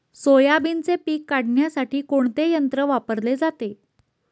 सोयाबीनचे पीक काढण्यासाठी कोणते यंत्र वापरले जाते?